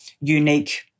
unique